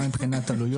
גם מבחינת עלויות.